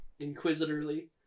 inquisitorly